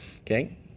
okay